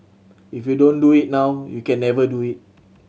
if you don't do it now you can never do it